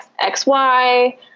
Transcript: XY